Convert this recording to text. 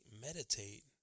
meditate